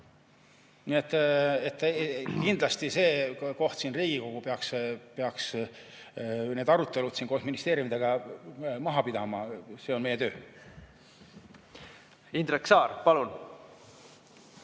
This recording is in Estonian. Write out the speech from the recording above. Nii et kindlasti Riigikogu peaks need arutelud koos ministeeriumidega maha pidama, see on meie töö. Indrek Saar, palun!